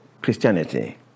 Christianity